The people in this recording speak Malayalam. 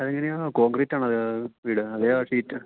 അതെങ്ങനെയാണ് കോൺക്രീറ്റാണത് വീട് അതെയോ ഷീറ്റ്